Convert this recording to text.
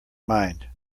mind